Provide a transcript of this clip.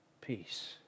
peace